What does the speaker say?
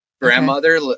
grandmother